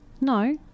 No